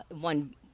one